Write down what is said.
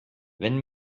wenn